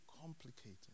complicated